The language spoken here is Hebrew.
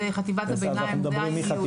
אלא את חטיבת הביניים; ז'-י'.